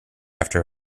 after